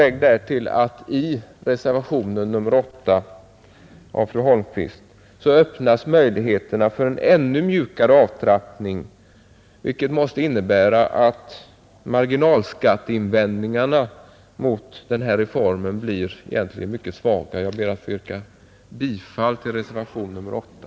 Lägg därtill att i reservationen 8 av fru Holmqvist öppnas möjligheter för en ännu mjukare avtrappning, vilket måste innebära att marginalskatteinvändningarna mot reformen egentligen blir mycket svaga. Jag ber att få yrka bifall till reservationen 8.